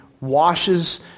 washes